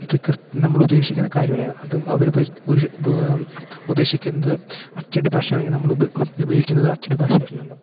ഇത് നമ്മളുദ്ദേശിക്കുന്ന കാര്യമല്ല അത് അവര് ഉദ്ദേശിക്കുന്നത് അച്ചടി ഭാഷയാണെങ്കി നമ്മള് ഉപയോഗിക്കുന്നത് അച്ചടി ഭാഷയല്ലല്ലോ